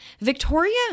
Victoria